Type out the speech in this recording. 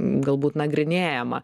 galbūt nagrinėjama